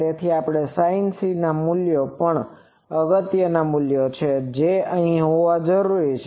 તેથી sinC મૂલ્યો પણ અગત્યના મૂલ્યો છે જે અહીં હોવા જરૂરી છે